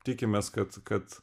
tikimės kad kad